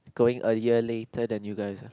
going earlier later than you guys uh